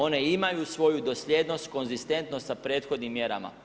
One imaju svoju doslijednost, konzistentnost sa prethodnim mjerama.